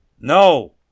No